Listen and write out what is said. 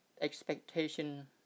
expectation